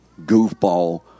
goofball